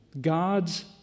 God's